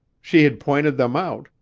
she had pointed them out,